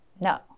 no